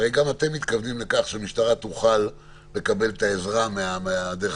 וגם אתם מתכוונים לכך: שהמשטרה תוכל לקבל את העזרה מהרשות